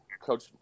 Coach